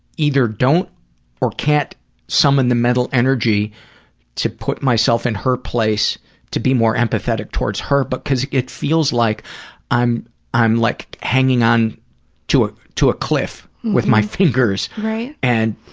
either don't or can't summon the mental energy to put myself in her place to be more empathetic towards her. but because it feels like i'm i'm like hanging on to ah to a cliff with my fingers. right pg and